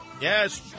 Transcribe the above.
yes